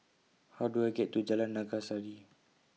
How Do I get to Jalan Naga Sari